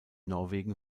norwegen